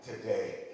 today